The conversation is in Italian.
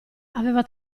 aveva